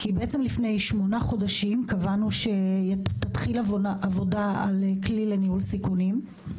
כי לפני 8 חודשים קבענו שתתחיל עבודה על כלי לניהול סיכונים,